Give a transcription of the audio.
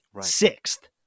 sixth